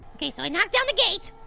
okay so i knocked down the gate.